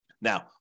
Now